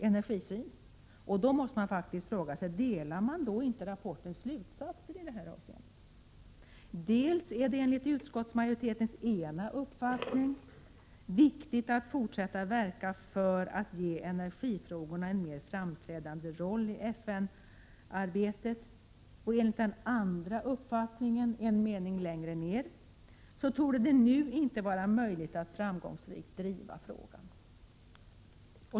Man måste då fråga sig om utskottsmajoriteten inte instämmer i rapportens slutsatser i detta avseende. Utskottsmajoriteten framhåller dels att det är viktigt att ge energifrågorna en mer framträdande roll i FN-arbetet, dels—en mening längre fram i betänkandet — att det nu inte torde vara möjligt att framgångsrikt driva frågan.